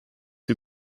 wir